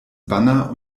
banner